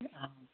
ஆ